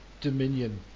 Dominion